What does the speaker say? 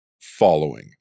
following